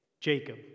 Jacob